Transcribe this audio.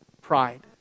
pride